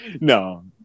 No